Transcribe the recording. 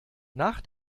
nach